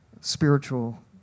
spiritual